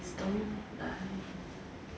please don't lie